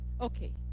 Okay